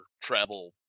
travel